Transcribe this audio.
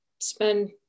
spend